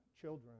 children